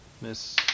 Miss